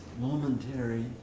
momentary